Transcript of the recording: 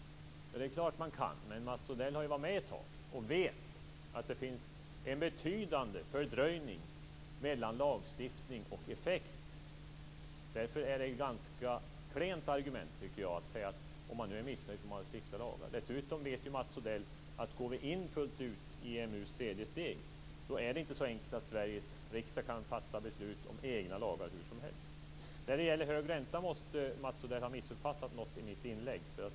Det är klart att man kan. Men Mats Odell har ju varit med ett tag och vet att det finns en betydande fördröjning mellan lagstiftning och effekt. Därför är det ett ganska klent argument, tycker jag, att säga att man får stifta lagar om man är missnöjd. Dessutom vet Mats Odell att om vi går med fullt ut i EMU:s tredje steg är det inte så enkelt att Sveriges riksdag kan fatta beslut om egna lagar hur som helst. När det gäller hög ränta måste Mats Odell ha missuppfattat något i mitt inlägg.